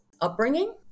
upbringing